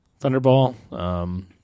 Thunderball